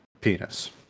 penis